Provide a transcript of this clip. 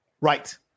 Right